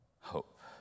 hope